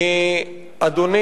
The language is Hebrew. ואפילו